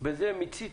ובזה מיצית.